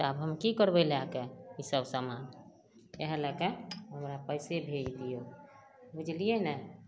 तऽ आब हम की करबै लए कऽ इसब समान इहए लए कऽ हमरा पैसे भेज दियौ बुझलियै ने